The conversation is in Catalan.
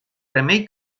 remei